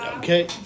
Okay